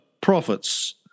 profits